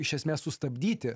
iš esmės sustabdyti